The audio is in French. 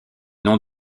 nom